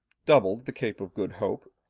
doubled the cape of good hope,